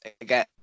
Again